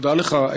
תודה לך.